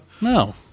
No